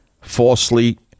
falsely